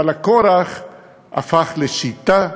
אבל הכורח הפך לשיטה,